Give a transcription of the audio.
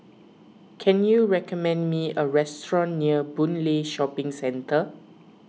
can you recommend me a restaurant near Boon Lay Shopping Centre